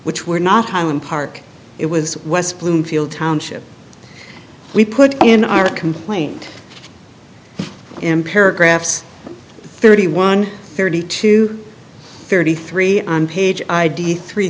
which were not highland park it was west bloomfield township we put in our complaint in paragraphs thirty one thirty two thirty three on page i d three